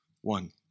one